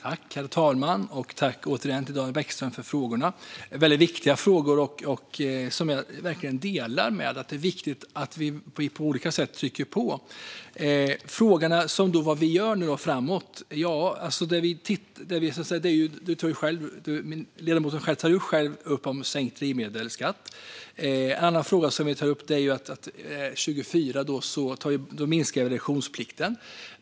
Herr talman! Jag tackar återigen Daniel Bäckström för frågorna. Det är väldigt viktiga frågor. Jag delar verkligen uppfattningen att det är viktigt att vi på olika sätt trycker på. Vad gör vi nu och framåt? Ledamoten tar själv upp sänkt drivmedelsskatt. En annan fråga som vi tar upp handlar om att vi minskar reduktionsplikten 2024.